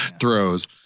throws